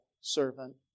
servant